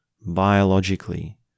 biologically